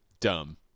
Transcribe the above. Dumb